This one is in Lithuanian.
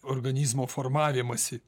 organizmo formavimąsi